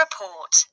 Report